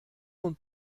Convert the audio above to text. und